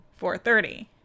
4.30